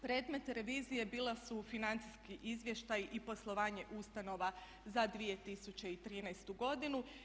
Predmet revizije bila su financijska izvješća i poslovanje ustanova za 2013.godinu.